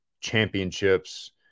championships